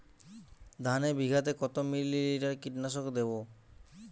ধানে বিঘাতে কত মিলি লিটার কীটনাশক দেবো?